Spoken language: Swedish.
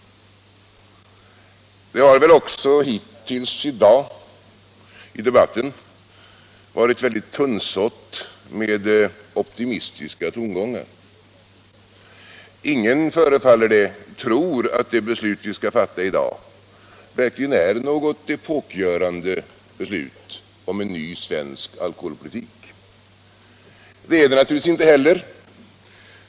Det har väl också hittills i dag i debatten varit mycket tunnsått med optimistiska tongångar. Ingen, förefaller det, tror att det beslut som riksdagen skall fatta i dag verkligen är något epokgörande beslut om en ny svensk alkoholpolitik. Det är det naturligtvis inte heller.